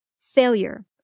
Failure